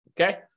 okay